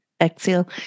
Exhale